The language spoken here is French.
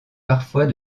parfois